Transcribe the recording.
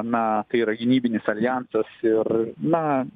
na tai yra gynybinis aljansas ir na